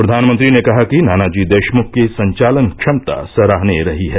प्रधानमंत्री ने कहा कि नानाजी देशमुख की संचालन क्षमता सराहनीय रही है